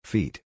Feet